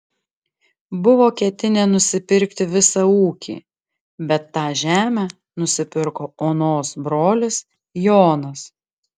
buvo ketinę nusipirkti visą ūkį bet tą žemę nusipirko onos brolis jonas